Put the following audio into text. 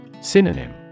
Synonym